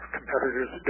competitors